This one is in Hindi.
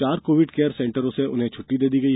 चार कोविड केयर सेण्टरों से इन्हें छुट्टी दी गई